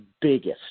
biggest